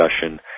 discussion